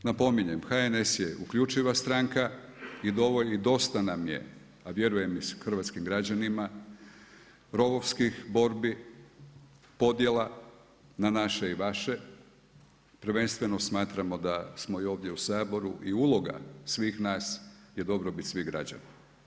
Napominjem HNS je uključiva stranka i dosta nam je, a vjerujem i hrvatskim građanima rovovskih borbi i podjela na naše i vaše prvenstveno smatramo da smo i ovdje u Saboru i uloga svih nas je dobrobit svih građana.